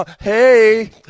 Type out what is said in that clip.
hey